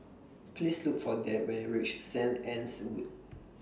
Please Look For Deb when YOU REACH Saint Anne's Wood